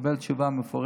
ותקבל תשובה מפורטת.